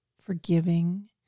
forgiving